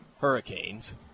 Hurricanes